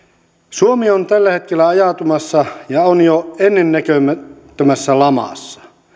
suomi on tällä hetkellä ajautumassa ja on jo ennennäkemättömässä lamassa